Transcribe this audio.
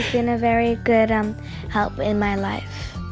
been a very good um help in my life,